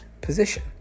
position